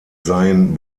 seien